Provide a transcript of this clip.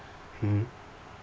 mmhmm